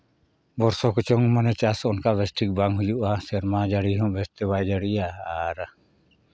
ᱵᱚᱨᱥᱚ ᱠᱚᱪᱚᱝ ᱪᱟᱥ ᱚᱱᱠᱟ ᱵᱮᱥ ᱴᱷᱤᱠ ᱵᱟᱝ ᱦᱩᱭᱩᱜᱼᱟ ᱥᱮᱨᱢᱟ ᱡᱟᱹᱲᱤ ᱦᱚᱸ ᱵᱮᱥᱛᱮ ᱵᱟᱭ ᱡᱟᱹᱲᱤᱭᱟ ᱟᱨ